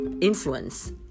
influence